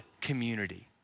community